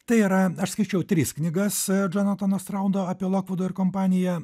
tai yra aš skaičiau tris knygas džonatano straudo apie lokvudą ir kompaniją